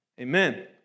Amen